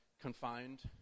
confined